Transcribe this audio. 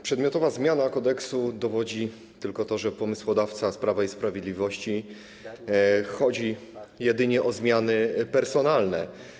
Przedmiotowa zmiana kodeksu dowodzi tylko tego, że pomysłodawcy z Prawa i Sprawiedliwości chodzi jedynie o zmiany personalne.